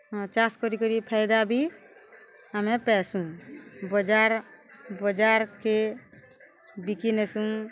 ହଁ ଚାଷ୍ କରିକରି ଫାଏଦା ବି ଆମେ ପାଏସୁଁ ବଜାର୍ ବଜାର୍କେ ବିକି ନେସୁଁ